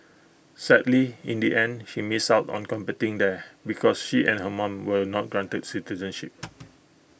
sadly in the end she missed out on competing there because she and her mom were not granted citizenship